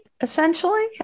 essentially